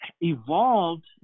evolved